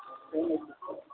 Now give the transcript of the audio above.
हँ